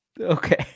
Okay